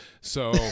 So-